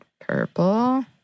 Purple